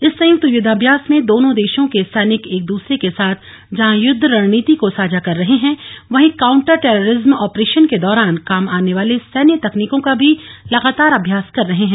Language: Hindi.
इस संयुक्त युद्धाभ्यास में दोनों देशों के सैनिक एक दूसरे के साथ जहां युद्ध रणनीति को साझा कर रहे हैं वही काउंटर टेररिजम आपरेशन के दौरान काम आने वाले सैन्य तकनीकों का भी लगातार अभ्यास कर रहे हैं